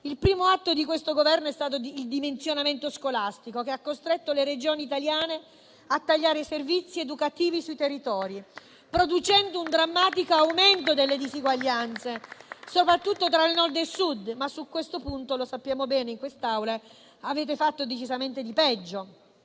Il primo atto di questo Governo è stato il dimensionamento scolastico, che ha costretto le Regioni italiane a tagliare i servizi educativi sui territori, producendo un drammatico aumento delle disuguaglianze, soprattutto tra Nord e Sud. Su questo punto però - e lo sappiamo bene in quest'Aula - avete fatto decisamente di peggio: